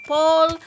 Paul